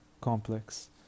complex